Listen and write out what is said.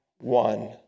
one